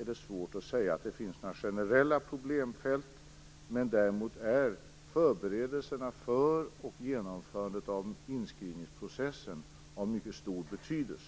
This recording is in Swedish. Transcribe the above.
det är svårt att säga att det finns några generella problemfält när det gäller dem som väl är inne i försvarsmakten. Däremot är förberedelserna för och genomförandet av inskrivningsprocessen av mycket stor betydelse.